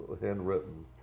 handwritten